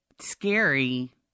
scary